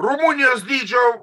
rumunijos dydžio